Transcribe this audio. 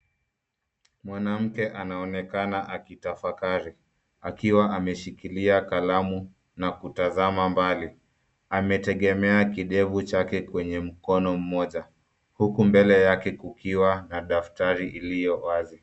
Mwanamke anaonekana akitafakari akiwa ameshikilia kalamu na kutazama mbali. Ametegemea kidevu chake kwenye mkono mmoja huku mbele yake kukiwa na daftari iliyo wazi.